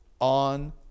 on